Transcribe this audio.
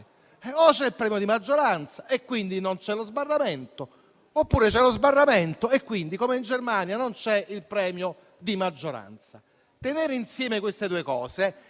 O c'è il premio di maggioranza, quindi non c'è lo sbarramento, oppure c'è lo sbarramento, quindi, come in Germania, non c'è il premio di maggioranza. Tenere insieme queste due cose